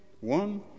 one